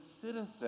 citizen